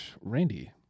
Randy